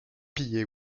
pillée